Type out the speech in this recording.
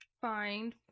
find